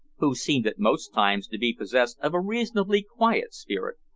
who seemed at most times to be possessed of a reasonably quiet spirit,